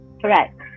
Correct